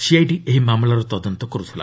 CID ଏହି ମାମଲାର ତଦନ୍ତ କରୁଥିଲା